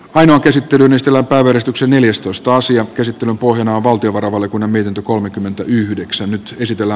aino käsittelyn estellä veistoksia neljästoista asian käsittelyn pohjana valtiovarainvaliokunnan mietintö kolmekymmentäyhdeksän nyt esitellä